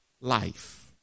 life